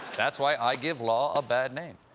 that's why i give law a bad name.